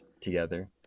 together